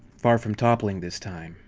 far from toppling this time.